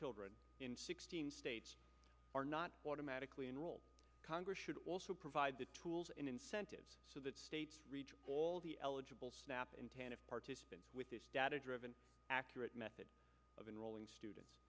children in sixteen states are not automatically enrolled congress should also provide the tools and incentives so that states reach all the eligible snappin tannic participants with this data driven accurate method of enrolling students